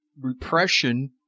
repression